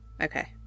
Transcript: Okay